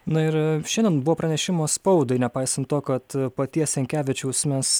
na ir šiandien buvo pranešimas spaudai nepaisant to kad paties sinkevičiaus mes